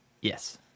Yes